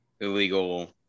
illegal